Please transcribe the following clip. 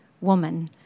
woman